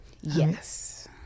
Yes